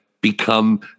become